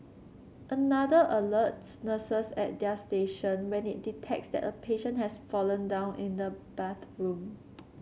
another alerts nurses at their station when it detects that a patient has fallen down in the bathroom